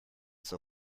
zur